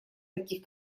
таких